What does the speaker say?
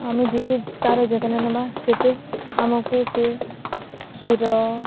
ଆମେ ଯେତେ ତାର ଯତ୍ନ ନେବା ସେତେ ଆମକୁ ସେ କ୍ଷୀର